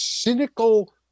Cynical